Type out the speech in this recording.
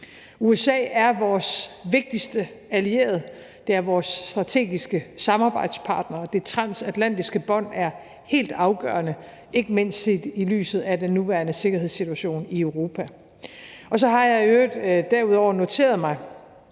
USA er vores vigtigste allierede, det er vores strategiske samarbejdspartner, og det transatlantiske bånd er helt afgørende, ikke mindst set i lyset af den nuværende sikkerhedssituation i Europa. Så har jeg i øvrigt derudover noteret mig,